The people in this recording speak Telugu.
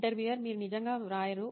ఇంటర్వ్యూయర్ మీరు నిజంగా రాయరు